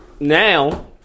Now